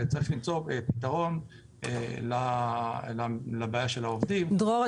וצריך למצוא פתרון לבעיה של העובדים דרור,